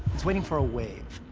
it's waiting for a wave.